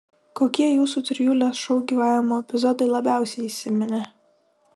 kokie jūsų trijulės šou gyvavimo epizodai labiausiai įsiminė